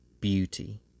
beauty